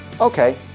okay